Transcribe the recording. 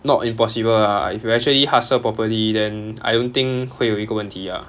not impossible lah if you actually hustle properly then I don't think 会有一个问题 ah